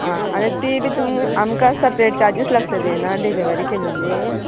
आं आनी ती बी तुम आमकां सेपरेट चार्जीस लागतले नू डिलीवरी केलेली